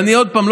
עוד פעם,